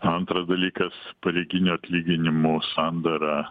antras dalykas pareiginio atlyginimų sandara